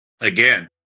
again